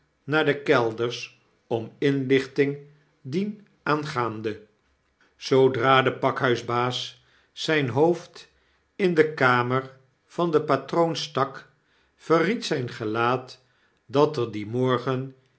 naar de kelders om inlichting dienaangaande zoodra de pakhuisbaas zyn hoofd in de kamer van den patroon stak verried zyn gelaat dat er dien morgen